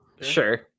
Sure